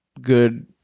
good